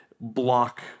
block